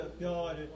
God